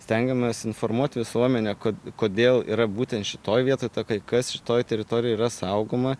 stengiamės informuoti visuomenę kad kodėl yra būtent šitoj vietoj o kai kas šitoj teritorijoj yra saugoma